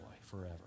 forever